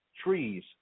trees